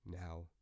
Now